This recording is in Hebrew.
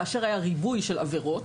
כאשר היה ריבוי של עבירות,